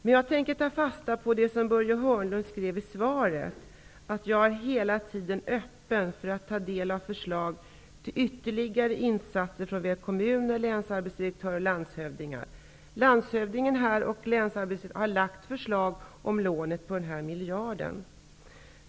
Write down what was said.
Jag tänker emellertid ta fasta på det som Börje Hörnlund skrev i svaret, nämligen att ''jag är hela tiden öppen för att ta del av förslag till ytterligare insatser från såväl kommuner, länsarbetsdirektörer och landshövdingar''. Landshövdingen här har lagt fram förslag om lånet på en miljard.